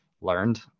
learned